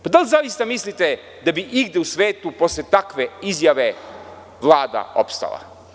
Da li zaista mislite da bi igde u svetu posle takve izjave Vlada opstala?